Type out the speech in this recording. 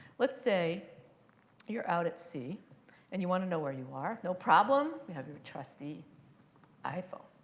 let's say you're out at sea and you want to know where you are. no problem. you have your trusty iphone.